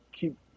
keep